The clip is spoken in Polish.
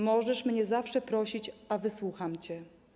Możesz mnie zawsze prosić, a wysłucham cię.